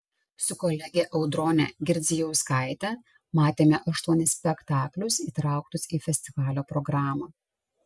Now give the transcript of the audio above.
su kolege audrone girdzijauskaite matėme aštuonis spektaklius įtrauktus į festivalio programą